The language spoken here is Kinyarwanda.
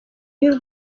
y’u